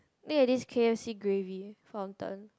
look at this K_F_C gravy fountain